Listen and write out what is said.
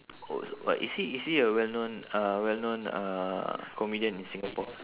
oh but is he is he a well known uh well known uh comedian in singapore